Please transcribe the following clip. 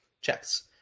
checks